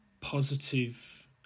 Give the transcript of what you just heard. positive